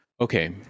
Okay